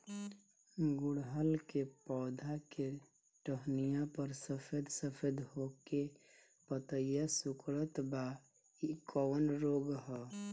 गुड़हल के पधौ के टहनियाँ पर सफेद सफेद हो के पतईया सुकुड़त बा इ कवन रोग ह?